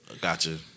Gotcha